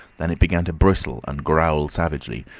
than it began to bristle and growl savagely,